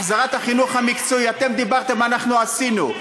החזרת החינוך המקצועי, אתם דיברתם, אנחנו עשינו.